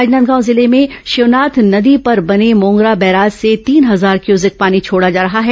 राजनांदगांव जिले में शिवनाथ नदी पर बने मोंगरा बैराज से तीन हजार क्यूसेक पानी छोड़ा जा रहा है